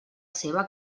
seva